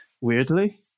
weirdly